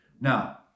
Now